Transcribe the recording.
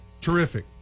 terrific